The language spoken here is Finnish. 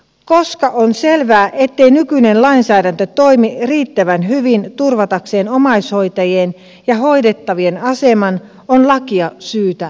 koska on selvää ettei nykyinen lainsäädäntö toimi riittävän hyvin turvatakseen omaishoitajien ja hoidettavien aseman on lakia syytä muuttaa